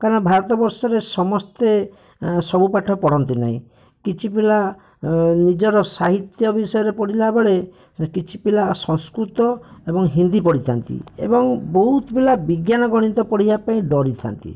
କାରଣ ଭାରତବର୍ଷରେ ସମସ୍ତେ ଏ ସବୁ ପାଠ ପଢ଼ନ୍ତି ନାହିଁ କିଛି ପିଲା ନିଜର ସାହିତ୍ୟ ବିଷୟରେ ପଢ଼ିଲାବେଳେ ଏଁ କିଛି ପିଲା ସଂସ୍କୃତ ଏବଂ ହିନ୍ଦି ପଢ଼ିଥାନ୍ତି ଏବଂ ବହୁତ ପିଲା ବିଜ୍ଞାନ ଗଣିତ ପଢ଼ିବାପାଇଁ ଡ଼ରିଥାନ୍ତି